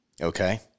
okay